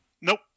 Nope